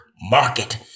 market